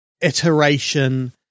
iteration